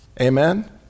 Amen